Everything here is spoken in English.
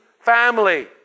family